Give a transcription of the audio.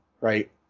right